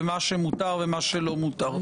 ומה שמותר ומה שלא מותר.